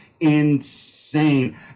insane